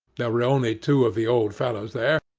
there were only two of the old fellows there,